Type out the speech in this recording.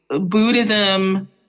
Buddhism